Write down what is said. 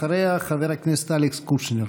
אחריה, חבר הכנסת אלכס קושניר.